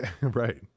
Right